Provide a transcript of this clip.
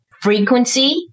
frequency